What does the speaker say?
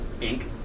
Inc